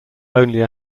only